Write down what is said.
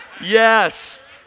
Yes